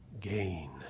gain